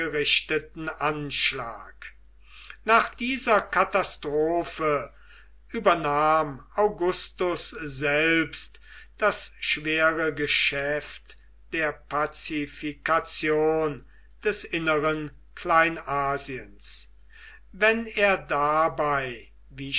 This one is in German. gerichteten anschlag nach dieser katastrophe übernahm augustus selbst das schwere geschäft der pazifikation des inneren kleinasiens wenn er dabei wie